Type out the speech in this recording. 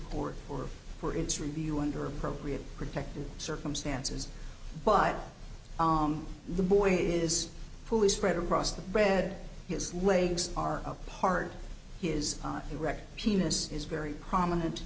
court or for its review under appropriate protective circumstances but the boy is fully spread across the bread his legs are apart his erect penis is very prominent